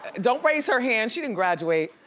don't raise her hand, she didn't graduate.